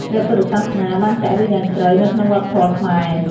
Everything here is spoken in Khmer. ព្រះពុទ្ធសាសនាបានចាក់ឫសយ៉ាងជ្រៅនៅក្នុងវប្បធម៌ខ្មែរ។